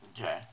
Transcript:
Okay